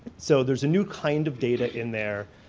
so there's a new kind of data in there